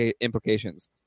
implications